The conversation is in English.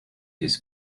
his